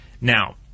Now